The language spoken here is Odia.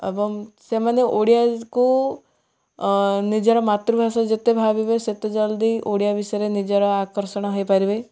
ଏବଂ ସେମାନେ ଓଡ଼ିଆକୁ ନିଜର ମାତୃଭାଷା ଯେତେ ଭାବିବେ ସେତେ ଜଲ୍ଦି ଓଡ଼ିଆ ବିଷୟରେ ନିଜର ଆକର୍ଷଣ ହେଇପାରିବେ